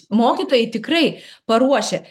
mokytojai tikrai paruošia